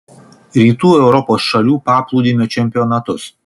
rytų europos šalių paplūdimio čempionatus